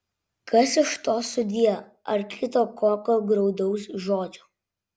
kas iš to sudie ar kito kokio graudaus žodžio